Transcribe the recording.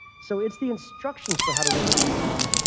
so it's the instructions for how to render some dom,